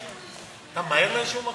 אתה ממהר לאיזשהו מקום?